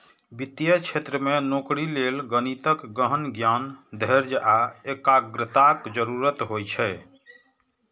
वित्तीय क्षेत्र मे नौकरी लेल गणितक गहन ज्ञान, धैर्य आ एकाग्रताक जरूरत होइ छै